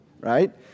right